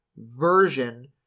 version